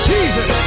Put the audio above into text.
Jesus